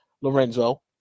Lorenzo